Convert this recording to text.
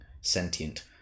sentient